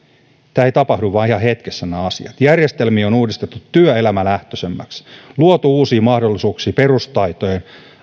eivät vain tapahdu ihan hetkessä järjestelmiä on uudistettu työelämälähtöisemmiksi luotu uusia mahdollisuuksia perustaitojen